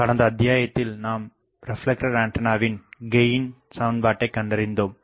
கடந்த அத்தியாயத்தில் நாம் ரிப்ளெக்டர் ஆண்டனாவின் கெயின் சமன்பாட்டை கண்டறிந்தோம்